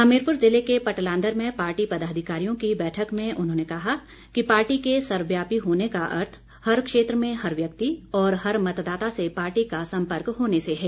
हमीरपुर जिले के पटलांदर में पार्टी पदाधिकारियों की बैठक में उन्होंने कहा कि पार्टी के सर्वव्यापी होने का अर्थ हर क्षेत्र में हर व्यक्ति और हर मतदाता से पार्टी का संपर्क होने से है